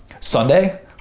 Sunday